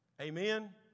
amen